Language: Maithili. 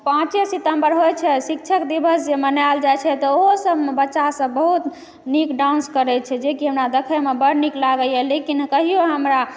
पाँचे सितम्बर होइ छै शिक्षक दिवस जे मनाएल जाइ छै तऽ ओहोसबमे बच्चा सब बहुत नीक डान्स करै छै जेकि हमरा देखैमे बड्ड नीक लागैए लेकिन कहियो हमरा